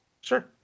sure